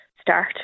start